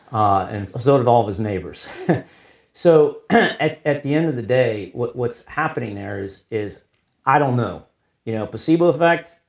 ah and sort of all of his neighbors so at at the end of the day, what's what's happening there is is i don't know you know placebo effect?